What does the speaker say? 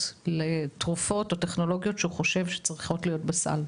לתרופות או טכנולוגיות שהוא חושב שצריכות להיות בסל,